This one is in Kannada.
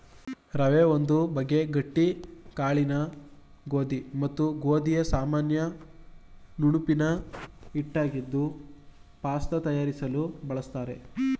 ರವೆ ಒಂದು ಬಗೆ ಗಟ್ಟಿ ಕಾಳಿನ ಗೋಧಿ ಮತ್ತು ಗೋಧಿಯ ಸಾಮಾನ್ಯ ನುಣುಪಿನ ಹಿಟ್ಟಾಗಿದ್ದು ಪಾಸ್ತ ತಯಾರಿಸಲು ಬಳಲಾಗ್ತದೆ